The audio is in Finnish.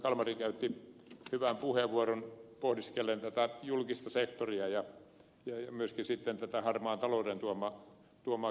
kalmari käytti hyvän puheenvuoron pohdiskellen julkista sektoria ja myöskin harmaan talouden tuomaa kilpailun vääristymää